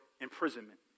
imprisonment